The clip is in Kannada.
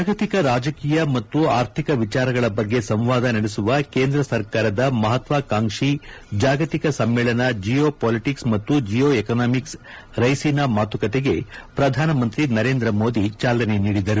ಜಾಗತಿಕ ರಾಜಕೀಯ ಮತ್ತು ಆರ್ಥಿಕ ವಿಚಾರಗಳ ಬಗ್ಗೆ ಸಂವಾದ ನಡೆಸುವ ಕೇಂದ್ರ ಸರ್ಕಾರದ ಮಹತ್ವಾಕಾಂಕ್ಷಿ ಜಾಗತಿಕ ಸಮ್ಮೇಳನ ಜಿಯೊ ಪೊಲಿಟಿಕ್ಸ್ ಮತ್ತು ಜಿಯೊ ಎಕನಾಮಿಕ್ಸ್ ರೈಸಿನಾ ಮಾತುಕತೆಗೆ ಪ್ರಧಾನಮಂತ್ರಿ ನರೇಂದ್ರ ಮೋದಿ ಚಾಲನೆ ನೀಡಿದರು